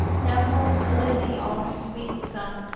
now folds the lily all her sweetness up,